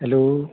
hello